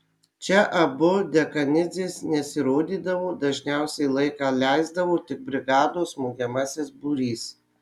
čia abu dekanidzės nesirodydavo dažniausiai laiką leisdavo tik brigados smogiamasis būrys